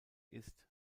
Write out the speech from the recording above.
ist